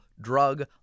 drug